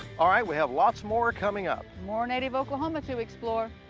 alright, we have lots more coming up more native oklahoma to explore.